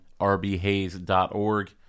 rbhays.org